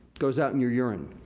goes out in your urine.